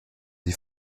sie